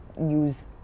use